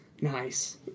Nice